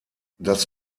das